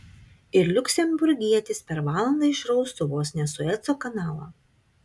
ir liuksemburgietis per valandą išraustų vos ne sueco kanalą